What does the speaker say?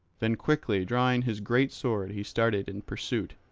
then quickly drawing his great sword he started in pursuit,